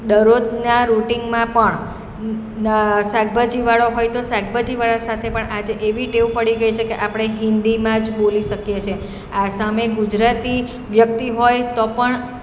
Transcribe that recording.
દરોજના રૂટિનમાં પણ શાકભાજીવાળો હોય તો શાકભાજીવાળા સાથે પણ આજે એવી ટેવ પડી ગઈ છે કે આપણે હિન્દીમાં જ બોલી શકીએ છીએ આ સામે ગુજરાતી વ્યક્તિ હોય તો પણ